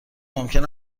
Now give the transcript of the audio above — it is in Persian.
ممکن